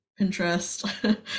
Pinterest